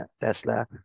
Tesla